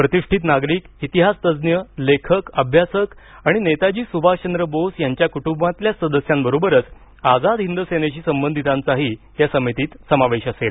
प्रतिष्ठित नागरिक इतिहास तज्ज्ञ लेखक अभ्यासक आणि नेताजी सुभाषचंद्र बोस यांच्या कुटुंबातल्या सदस्यांबरोबरच आझाद हिंद सेनेशी संबधितांचाही या समितीत समावेश असेल